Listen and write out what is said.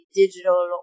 digital